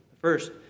First